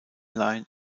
line